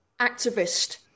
activist